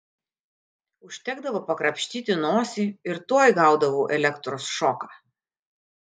užtekdavo pakrapštyti nosį ir tuoj gaudavau elektros šoką